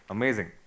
Amazing